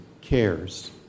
cares